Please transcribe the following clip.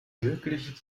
wirklich